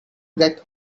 get